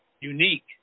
unique